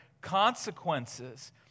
consequences